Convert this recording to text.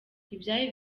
ntibyari